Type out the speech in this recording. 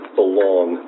belong